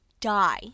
die